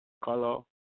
color